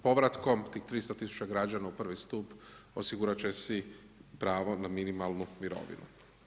Povratkom tih 300.000 građana u prvi stup osigurat će se pravo na minimalnu mirovinu.